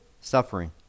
Suffering